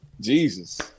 Jesus